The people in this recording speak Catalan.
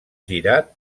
girar